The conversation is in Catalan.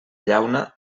llauna